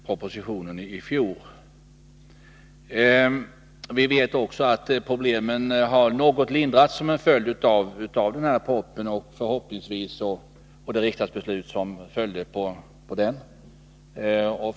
Vi vet att problemen har lindrats något som en följd av det riksdagsbeslut som fattades med anledning av propositionen.